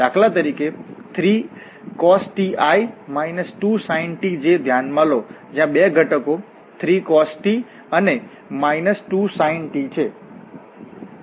દાખલા તરીકે 3cos ti 2sin t j ધ્યાનમાં લો જયા બે ઘટકો 3cos t અને 2sin t છે